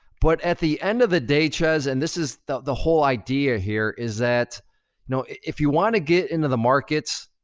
but at the end of the day, chezz, and this is the the whole idea here, is that if you wanna get into the markets,